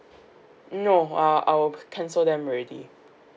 no ah I will cancel them already